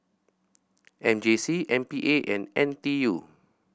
M J C M P A and N T U